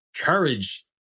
courage